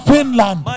Finland